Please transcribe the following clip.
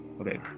Okay